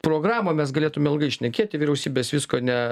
programą mes galėtume ilgai šnekėti vyriausybės visko ne